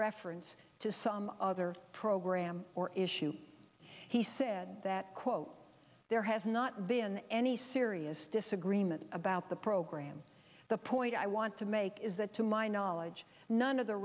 reference to some other program or issue he said that quote there has not been any serious disagreement about the program the point i want to make is that to my knowledge none of the